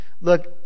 Look